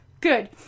good